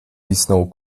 pisnął